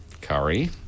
Curry